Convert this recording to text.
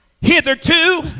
Hitherto